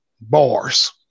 bars